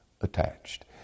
attached